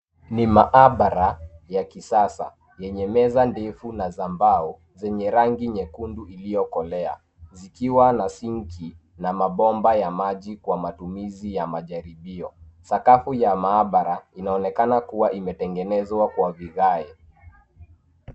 Ni maabara, ya kisasa, yenye meza ndefu, na za mbao, zenye rangi nyekundu iliokolea, zikiwa na sinki, na mabomba ya maji kwa matumizi ya majaribio. Sakafu ya maabara, inaonekana kuwa imetengenezwa kwa vigae.